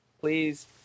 Please